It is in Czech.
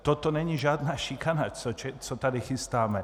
Toto není žádná šikana, co tady chystáme.